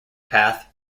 path